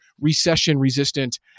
recession-resistant